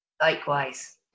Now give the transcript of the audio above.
Likewise